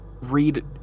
Read